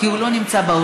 כי הוא לא נמצא באולם,